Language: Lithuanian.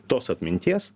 tos atminties